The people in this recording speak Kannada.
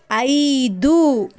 ಐದು